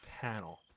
panel